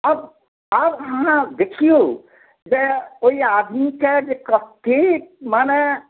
अब आब अहाँ देखियौ जे ओहि आदमीके जे कतेक जे माने